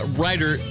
writer